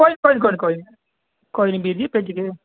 कोई नी कोई नी कोई नी बीर जी